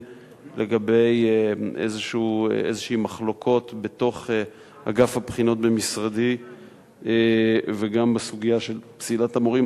לגבי מחלוקות בתוך אגף הבחינות במשרדי וגם בסוגיה של פסילת המורים,